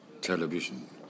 television